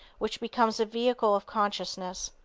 which becomes a vehicle of consciousness,